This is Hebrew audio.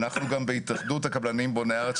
אנחנו גם בהתאחדות הקבלנים בוני הארץ,